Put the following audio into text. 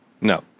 No